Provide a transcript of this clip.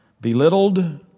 belittled